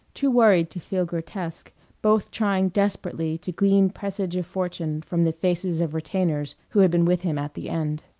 too worried to feel grotesque, both trying desperately to glean presage of fortune from the faces of retainers who had been with him at the end.